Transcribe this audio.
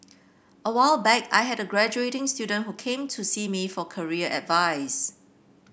a while back I had a graduating student who came to see me for career advice